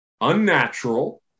Unnatural